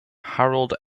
harold